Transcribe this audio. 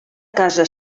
casa